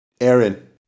Aaron